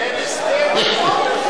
הואיל ואין לי כאן על המצג ש"נוכח ולא הצביע",